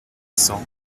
cents